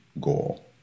goal